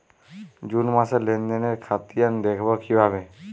June মাসের লেনদেনের খতিয়ান দেখবো কিভাবে?